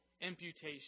imputation